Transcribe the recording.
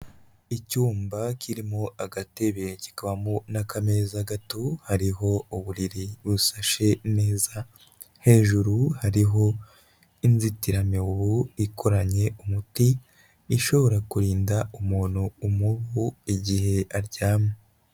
Icyumba kirimo agatebe, kikamo n'ameza gato hariho uburiri busashe neza, hejuru hariho inzitiramibu ikoranye umuti ishobora kurinda umuntu umubu igihe aryamye.